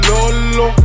Lolo